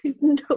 no